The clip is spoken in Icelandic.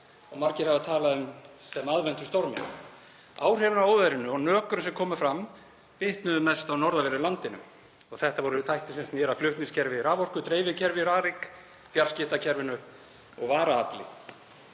og margir hafa talað um sem aðventustorminn. Áhrifin af óveðrinu og hnökrum sem komu fram bitnuðu mest á norðanverðu landinu. Þetta voru þættir sem sneru að flutningskerfi raforku, dreifikerfi Rariks, fjarskiptakerfinu og varaafli.